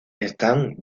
están